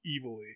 evilly